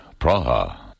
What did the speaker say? Praha